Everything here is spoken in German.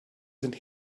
sind